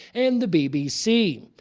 and the bbc.